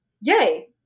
yay